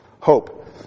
Hope